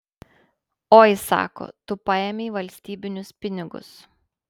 oi sako tu paėmei valstybinius pinigus